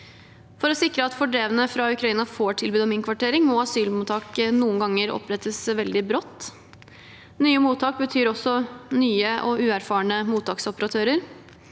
For å sikre at fordrevne fra Ukraina får tilbud om innkvartering, må asylmottak noen ganger opprettes veldig brått. Nye mottak betyr også nye og uerfarne mottaksoperatører.